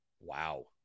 Wow